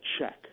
check